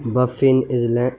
Buffon Island